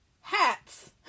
Hats